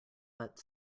but